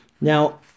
Now